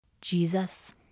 Jesus